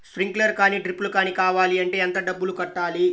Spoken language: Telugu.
స్ప్రింక్లర్ కానీ డ్రిప్లు కాని కావాలి అంటే ఎంత డబ్బులు కట్టాలి?